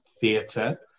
theatre